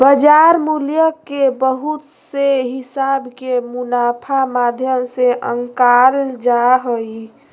बाजार मूल्य के बहुत से हिसाब के मुनाफा माध्यम से आंकल जा हय